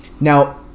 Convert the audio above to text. Now